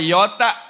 Yota